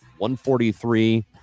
143